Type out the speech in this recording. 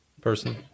Person